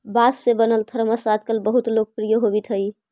बाँस से बनल थरमस आजकल बहुत लोकप्रिय होवित हई